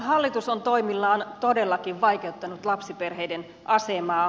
hallitus on toimillaan todellakin vaikeuttanut lapsiperheiden asemaa